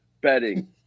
bedding